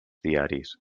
diaris